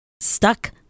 stuck